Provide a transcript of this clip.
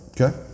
Okay